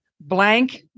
blank